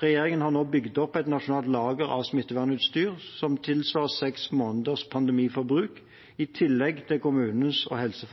Regjeringen har nå bygd opp et nasjonalt lager av smittevernutstyr som tilsvarer seks måneders pandemiforbruk, i tillegg til kommunenes og